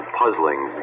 puzzling